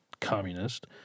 communist